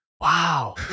Wow